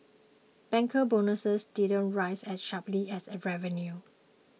banker bonuses didn't rise as sharply as revenue